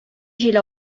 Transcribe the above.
җил